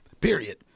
period